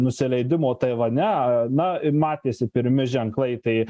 nusileidimo taivane na matėsi pirmi ženklai tai